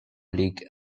league